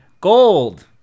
gold